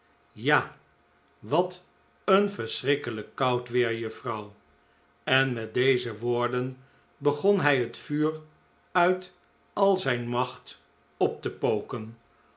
ja wat een verschrikkelijk koud weer juffrouw en met deze woorden begon hij het vuur uit al zijn macht op te poken